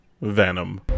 Venom